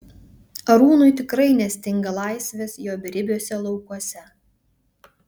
arūnui tikrai nestinga laisvės jo beribiuose laukuose